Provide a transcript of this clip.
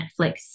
Netflix